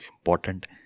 important